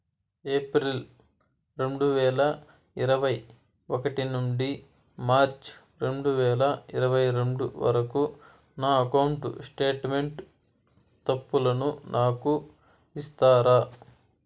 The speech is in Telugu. ఏప్రిల్ రెండు వేల ఇరవై ఒకటి నుండి మార్చ్ రెండు వేల ఇరవై రెండు వరకు నా అకౌంట్ స్టేట్మెంట్ తప్పులను నాకు ఇస్తారా?